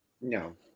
no